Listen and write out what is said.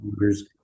years